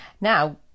now